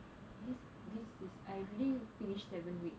this this is I already finished seven weeks